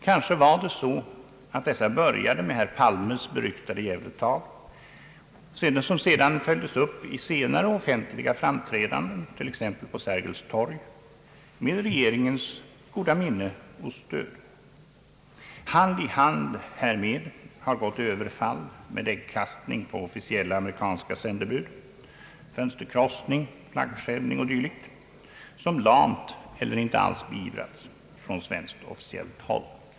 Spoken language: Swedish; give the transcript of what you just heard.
Kanske var det så att dessa började med herr Palmes beryktade Gävletal, som sedan följdes upp i senare offentliga framträdanden, t.ex. på Sergels torg, med regeringens goda minne och stöd. Hand i hand härmed har gått överfall med äggkastning på officiella amerikanska sändebud, fönsterkrossning, flaggskändning o. d., som lamt eller inte alls beivrats från officiellt svenskt håll.